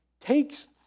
takes